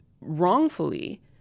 wrongfully